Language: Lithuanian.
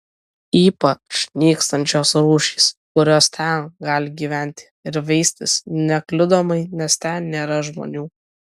ypač nykstančios rūšys kurios ten gali gyventi ir veistis nekliudomai nes ten nėra žmonių